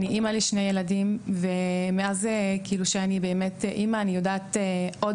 אני אמא לשני ילדים ומאז באמת שהפכתי לאמא אני יודעת עוד